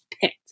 picked